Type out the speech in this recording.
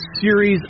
series